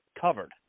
covered